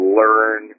learn